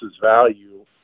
value